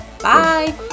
Bye